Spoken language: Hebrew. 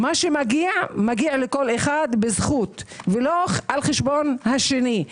מה שמגיע, מגיע לכל אחד בזכות ולא על חשבון השני.